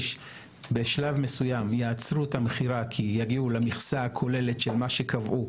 בשלב מסוים יעצרו את המכירה כי יגיעו למכסה הכוללת של מה שקבעו,